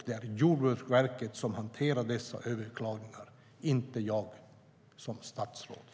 Det är Jordbruksverket som hanterar dessa överklaganden, inte jag som statsråd.